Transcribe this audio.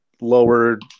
lowered